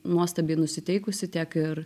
nuostabiai nusiteikusi tiek ir